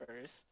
first